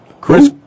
Chris